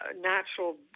natural